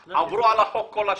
עברו על החוק במשך כל השנים.